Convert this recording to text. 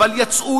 אבל יצאו,